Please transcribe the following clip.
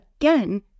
again